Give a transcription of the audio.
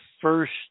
first